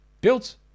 built